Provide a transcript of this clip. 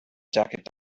jacket